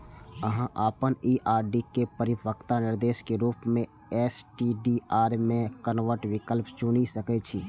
अहां अपन ई आर.डी के परिपक्वता निर्देश के रूप मे एस.टी.डी.आर मे कन्वर्ट विकल्प चुनि सकै छी